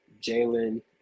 Jalen